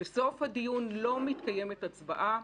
בסוף הדיון לא מתקיימת הצבעה,